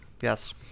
yes